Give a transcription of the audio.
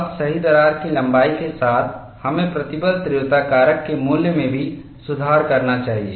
अब सही दरार की लंबाई के साथ हमें प्रतिबल तीव्रता कारक के मूल्य में भी सुधार करना चाहिए